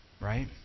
Right